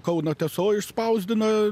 kauno tiesoj išspausdino